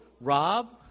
rob